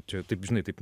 čia taip žinai taip